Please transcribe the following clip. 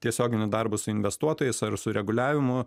tiesioginiu darbu su investuotojais ar su reguliavimu